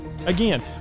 Again